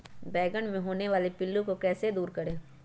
बैंगन मे होने वाले पिल्लू को कैसे दूर करें?